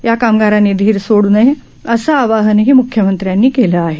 या कामगारांनी धीर सोडू नये असे आवाहनही मुख्यमंत्र्यांनी केले आहे